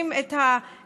שעושים את העבריינות,